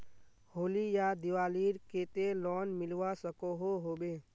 होली या दिवालीर केते लोन मिलवा सकोहो होबे?